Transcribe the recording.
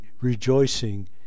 rejoicing